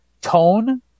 tone